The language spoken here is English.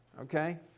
okay